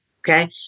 Okay